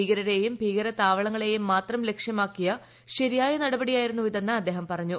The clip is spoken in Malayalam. ഭീകരരെയും ഭീകരതാവളങ്ങളെയും മാത്രം ലക്ഷ്യമാക്കിയ ശരിയായ നടപടിയായിരുന്നു ഇതെന്ന് അദ്ദേഹം പറഞ്ഞു